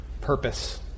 purpose